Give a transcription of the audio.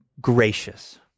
gracious